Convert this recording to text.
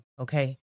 okay